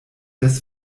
des